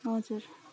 हजुर